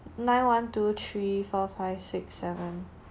nine one two three four five six seven